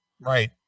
Right